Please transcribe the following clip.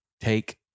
take